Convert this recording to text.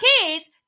kids